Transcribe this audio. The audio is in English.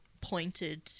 pointed